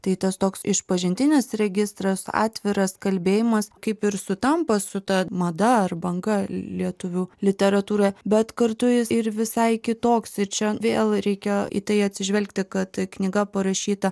tai tas toks išpažintinis registras atviras kalbėjimas kaip ir sutampa su ta mada ar banga lietuvių literatūroje bet kartu jis ir visai kitoks ir čia vėl reikia į tai atsižvelgti kad knyga parašyta